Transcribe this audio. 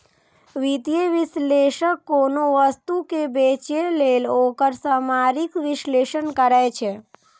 वित्तीय विश्लेषक कोनो वस्तु कें बेचय लेल ओकर सामरिक विश्लेषण करै छै